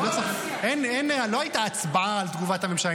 לא הייתה הצבעה על תגובת הממשלה.